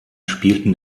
spielten